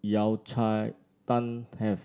Yao Cai Tang have